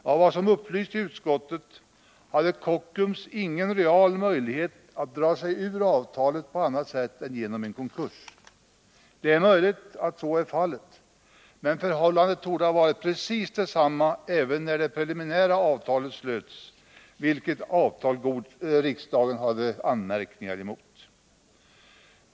Enligt vad som upplysts i utskottet hade Kockums ingen real möjlighet att dra sig ur avtalet på annat sätt än genom en konkurs. Det är möjligt att så är fallet, men förhållandet torde ha varit detsamma även när det preliminära avtalet slöts, vilket avtal riksdagen hade anmärkningar emot.